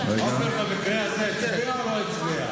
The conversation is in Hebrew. עופר במקרה הזה הצביע או לא הצביע?